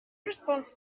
response